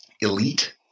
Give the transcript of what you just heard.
elite